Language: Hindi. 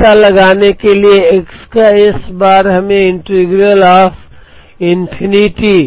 पता लगाने के लिए कि x का S बार हमें इंटीग्रल ऑफ़ इंफिनिटी